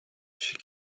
she